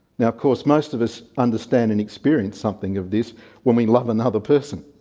now of course most of us understand and experience something of this when we love another person.